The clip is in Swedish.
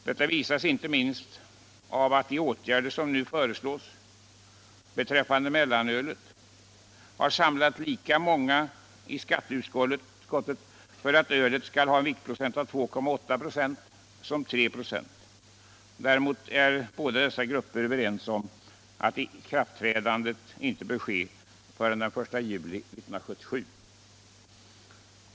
Detta visas inte minst av att de åtgärder som nu föreslås beträffande mellanölet har samlat lika många i skatteutskottet för att ölet skall ha en alkoholhalt av 2,8 viktprocent som 3,0 procent. Däremot är båda dessa grupper överens om att ikraftträdandet inte bör ske förrän den 1 juli 1977.